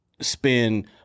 spend